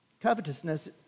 Covetousness